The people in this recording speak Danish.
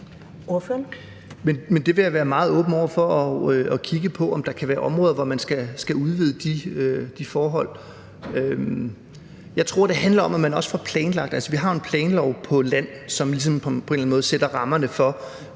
Det vil jeg være meget åben for at kigge på, altså om der kan være områder, hvor man skal udvide de forhold. Jeg tror, det handler om, at man også får planlagt det. Altså, vi har jo en planlov på land, som ligesom på en eller anden måde sætter rammerne for,